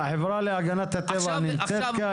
החברה להגנת הטבע נמצאת כאן?